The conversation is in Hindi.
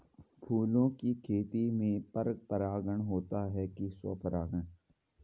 फूलों की खेती में पर परागण होता है कि स्वपरागण?